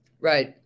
Right